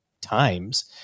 times